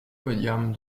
podiums